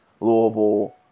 Louisville